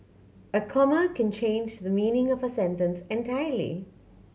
a comma can change the meaning of a sentence entirely